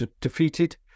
defeated